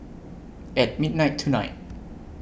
At midnight tonight